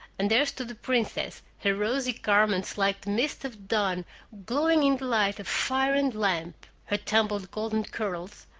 and there stood the princess, her rosy garments like the mist of dawn glowing in the light of fire and lamp, her tumbled golden curls,